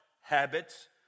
habits